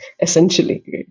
essentially